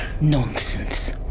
nonsense